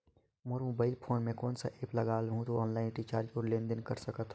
मोर mobile phone मे कोन सा एप्प लगा हूं तो ऑनलाइन रिचार्ज और लेन देन कर सकत हू?